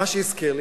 מה שהזכיר לי,